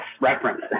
reference